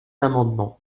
amendement